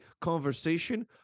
conversation